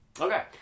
Okay